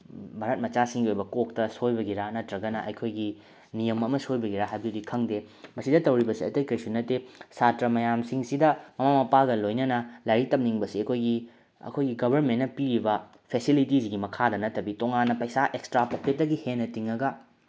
ꯚꯥꯔꯠ ꯃꯆꯥꯁꯤꯡꯒꯤ ꯑꯣꯏꯕ ꯀꯣꯛꯇ ꯁꯣꯏꯕꯒꯤꯔꯥ ꯅꯠꯇ꯭ꯔꯒꯅ ꯑꯩꯈꯣꯏꯒꯤ ꯅꯤꯌꯝ ꯑꯃ ꯁꯣꯏꯕꯒꯤꯔꯥ ꯍꯥꯏꯕꯗꯨꯗꯤ ꯈꯪꯗꯦ ꯃꯁꯤꯗ ꯇꯧꯔꯤꯕꯁꯦ ꯑꯇꯩ ꯀꯩꯁꯨ ꯅꯠꯇꯦ ꯁꯥꯇ꯭ꯔ ꯃꯌꯥꯝꯁꯤꯡꯁꯤꯗ ꯃꯃꯥ ꯃꯄꯥꯒ ꯂꯣꯏꯅꯅ ꯂꯥꯏꯔꯤꯛ ꯇꯝꯅꯤꯡꯕꯁꯦ ꯑꯩꯈꯣꯏꯒꯤ ꯑꯩꯈꯣꯏꯒꯤ ꯒꯣꯕꯔꯃꯦꯟꯅ ꯄꯤꯔꯤꯕ ꯐꯦꯁꯤꯂꯤꯇꯤꯁꯤꯒꯤ ꯃꯈꯥꯗ ꯅꯠꯇꯕꯤ ꯇꯣꯉꯥꯟꯅ ꯄꯩꯁꯥ ꯑꯦꯛꯁꯇ꯭ꯔꯥ ꯄꯣꯀꯦꯠꯇꯒꯤ ꯍꯦꯟꯅ ꯇꯤꯡꯉꯒ